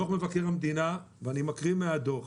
דוח מבקר המדינה ואני מקריא מהדוח